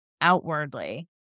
outwardly